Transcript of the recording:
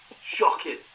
shocking